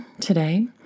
today